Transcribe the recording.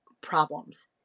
problems